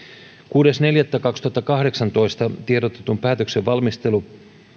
kuudes neljättä kaksituhattakahdeksantoista tiedotetun päätöksen valmistelu